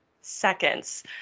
seconds